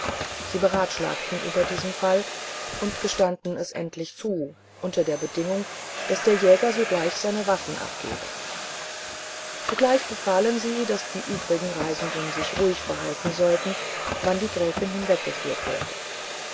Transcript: sie beratschlagten sich über diesen fall und gestanden es endlich zu unter der bedingung daß der jäger sogleich seine waffen abgebe zugleich befahlen sie daß die übrigen reisenden sich ruhig verhalten sollen wann die gräfin hinweggeführt werde